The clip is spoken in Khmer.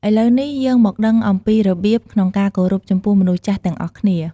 ឥឡូវនេះ យើងមកដឹងអំពីរបៀបក្នុងការគោរពចំពោះមនុស្សចាស់ទាំងអស់គ្នា។